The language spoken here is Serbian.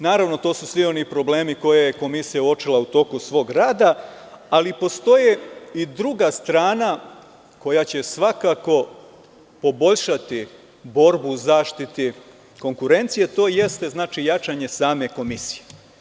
Naravno, to su svi oni problemi koje je komisija uočila u toku svog rada, ali postoji i druga strana koja će svakako poboljšati borbu u zaštiti konkurencije, to jeste jačanje same komisije.